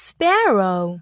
Sparrow